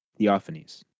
Theophanes